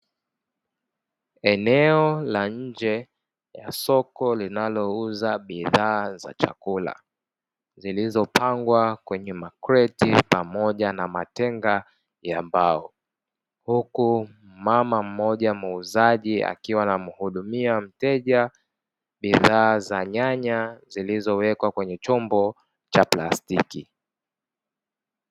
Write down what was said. Eneo la nje ya soko linalouza bidhaa za chakula zilizopangwa kwenye makreti pamoja na matenga ya mbao, huku mama mmoja muuzaji akiwa anamhudumia mteja bidhaa za nyanya zilizowekwa kwenye chombo cha plastiki.